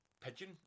pigeon